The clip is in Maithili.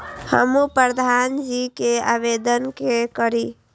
हमू प्रधान जी के आवेदन के करी?